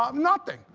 um nothing.